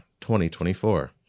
2024